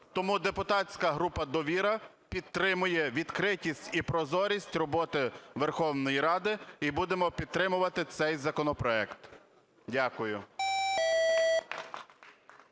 Тому депутатська група "Довіра" підтримує відкритість і прозорість роботи Верховної Ради, і будемо підтримувати цей законопроект. Дякую.